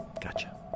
Gotcha